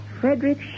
Frederick